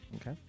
okay